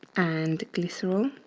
and glycerol.